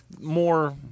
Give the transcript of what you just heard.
more